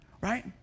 right